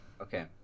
Okay